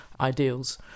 ideals